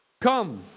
Come